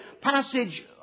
passage